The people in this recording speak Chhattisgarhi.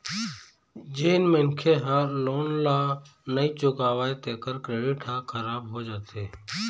जेन मनखे ह लोन ल नइ चुकावय तेखर क्रेडिट ह खराब हो जाथे